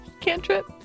Cantrip